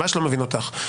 ממש לא מבין אותך.